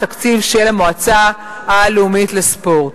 התקציב של המועצה הלאומית לספורט.